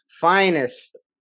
finest